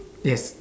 yes